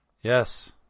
Yes